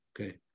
Okay